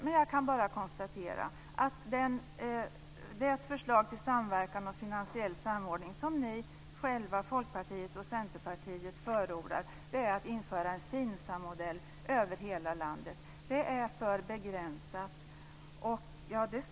Men jag kan bara konstatera att det förslag till samverkan och finansiell samordning som ni själva - Folkpartiet och Centerpartiet - förordar är att införa en Finsammodell över hela landet. Det är för begränsat.